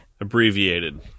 Abbreviated